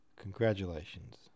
Congratulations